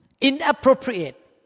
inappropriate